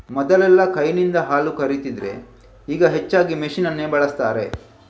ಮೊದಲೆಲ್ಲಾ ಕೈನಿಂದ ಹಾಲು ಕರೀತಿದ್ರೆ ಈಗ ಹೆಚ್ಚಾಗಿ ಮೆಷಿನ್ ಅನ್ನೇ ಬಳಸ್ತಾರೆ